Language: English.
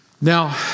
Now